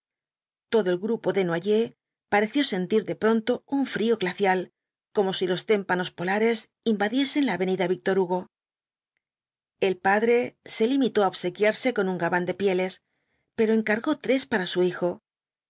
todo el grupo desnoyers pareció sentir de pronto un frío glacial como si los témpanos polares invadiesen la avenida víctor hugo el padre se limitó á obsequiarse con un gabán de pieles pero encargó tres para su hijo